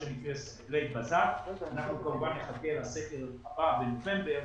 אנחנו כמובן נחכה לסקר בנובמבר,